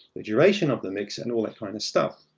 the duration of the mix, and all that kind of stuff.